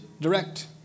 direct